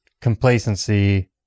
complacency